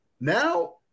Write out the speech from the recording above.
Now